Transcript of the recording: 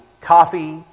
coffee